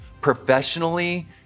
professionally